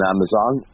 Amazon